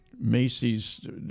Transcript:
Macy's